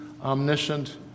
omniscient